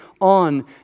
on